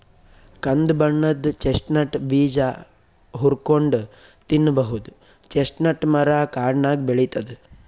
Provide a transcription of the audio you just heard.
ಕಂದ್ ಬಣ್ಣದ್ ಚೆಸ್ಟ್ನಟ್ ಬೀಜ ಹುರ್ಕೊಂನ್ಡ್ ತಿನ್ನಬಹುದ್ ಚೆಸ್ಟ್ನಟ್ ಮರಾ ಕಾಡ್ನಾಗ್ ಬೆಳಿತದ್